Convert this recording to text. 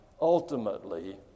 ultimately